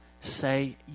Say